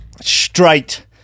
straight